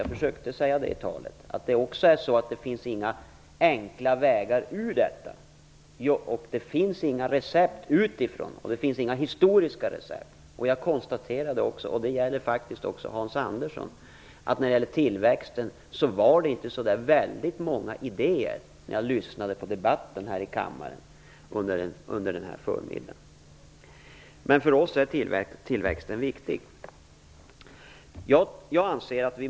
Jag försökte också säga i mitt anförande att det inte finns några enkla vägar ur detta, det finns inga recept utifrån och det finns inga historiska recept på hur man skall lösa detta. Jag konstaterade också att det inte kom fram så väldigt många idéer när det gäller tillväxten när jag lyssnade på debatten här i kammaren under förmiddagen - och det gäller faktiskt också Hans Andersson. Men för oss är tillväxten viktigt.